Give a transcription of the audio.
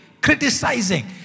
criticizing